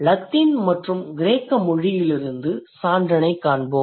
Latin மற்றும் கிரேக்க மொழியிலிருந்து சான்றினைக் காண்போம்